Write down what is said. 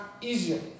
easier